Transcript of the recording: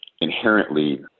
inherently